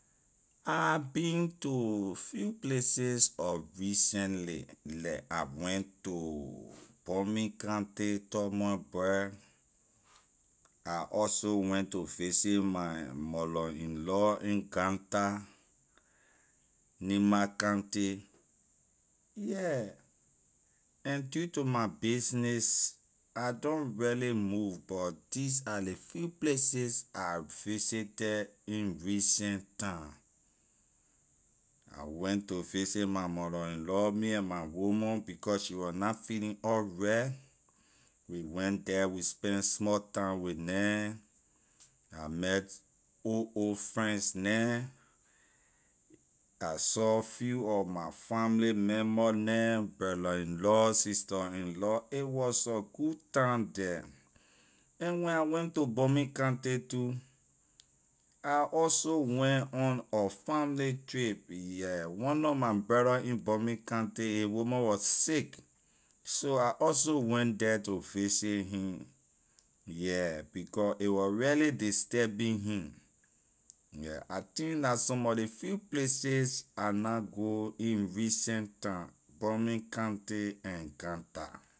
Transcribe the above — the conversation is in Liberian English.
I been to few places of recently like I went to bomi county tubmanburg I also went to visit my mother in law in ganta nimba county yeah and due to my business I don’t really move but these are ley few places I visited in recent time. I went to visit my mother in law me and my woman because she was na feeling alright we went the we spend small time with neh I met old old friends neh I saw few of my family member neh brother in law sister in law it was a good time the and when I went to bomi county too I also went on a family trip yeah one nor my brother in bomi county his woman was sick so I also went the to visit he yeah because a was really disturbing he yeah I think la some mor ley few places I na go in recent time bomi county and ganta.